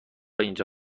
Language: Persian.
اینجا